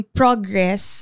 progress